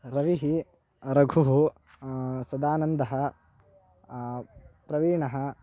रविः रघुः सदानन्दः प्रवीणः